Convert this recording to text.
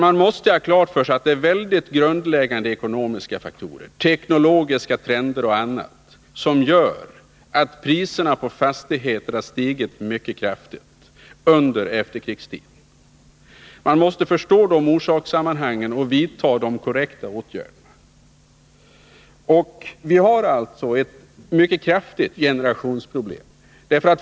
Man måste ha klart för sig att det är väldigt grundläggande ekonomiska faktorer, teknologiska trender och annat, som gör att priserna på fastigheter har stigit mycket kraftigt under efterkrigstiden. Man måste förstå dessa orsakssammanhang och vidta de korrekta åtgärderna. Vi har alltså ett mycket kraftigt generationsproblem.